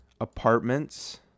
Apartments